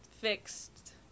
fixed